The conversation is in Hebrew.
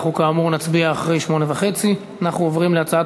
אנחנו כאמור נצביע אחרי 20:30. אנחנו עוברים להצעת